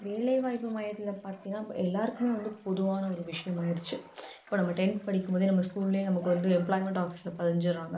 வேலைவாய்ப்பு மையத்தில் பார்த்தீங்கன்னா எல்லாருக்குமே வந்து பொதுவான ஒரு விஷயமாயிடிச்சு இப்போ நம்ம டென்த் படிக்கும்போதே நம்ம ஸ்கூல்லியும் நமக்கு வந்து எம்ப்ளாய்மென்ட் ஆஃபீஸில் பதிஞ்சிறாங்கள்